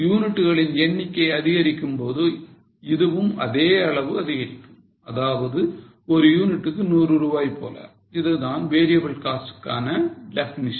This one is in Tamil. யூனிட்களின் எண்ணிக்கை அதிகரிக்கும்போது இதுவும் அதே அளவு அதிகரிக்கும் அதாவது அந்த ஒரு யூனிட்டுக்கு 100 ரூபாய் போல இதுதான் variable cost க்கான definition